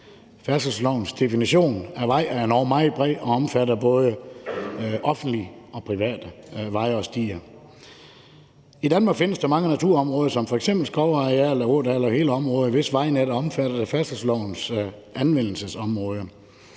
færdselslovens definition af vej er endog meget bred og omfatter både offentlige og private veje og stier. I Danmark findes der mange naturområder som f.eks. skovarealer, ådale og hele områder, hvis vejnet er omfattet af færdselslovens anvendelsesområde